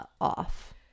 off